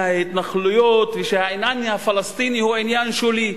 מההתנחלויות, ושהעניין הפלסטיני הוא עניין שולי.